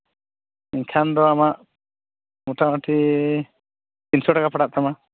ᱢᱮᱱᱠᱷᱟᱱ ᱫᱚ ᱟᱢᱟᱜ ᱢᱳᱴᱟᱢᱩᱴᱤ ᱛᱤᱱᱥᱚ ᱴᱟᱠᱟ ᱯᱟᱲᱟᱜ ᱛᱟᱢᱟ